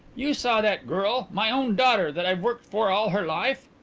you saw that girl my own daughter, that i've worked for all her life?